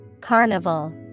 Carnival